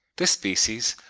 this species,